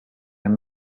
and